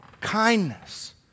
kindness